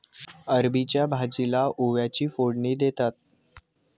अरबीच्या भाजीला ओव्याची फोडणी देतात